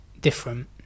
different